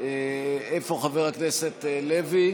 איפה חבר הכנסת לוי?